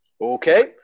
Okay